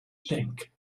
think